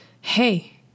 hey